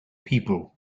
people